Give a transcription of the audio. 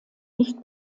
nicht